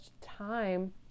time